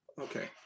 okay